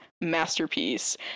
masterpiece